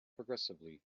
progressively